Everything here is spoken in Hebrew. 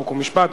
חוק ומשפט.